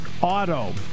auto